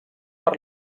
per